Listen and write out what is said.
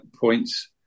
points